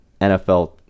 NFL